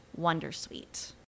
wondersuite